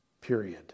period